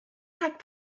rhag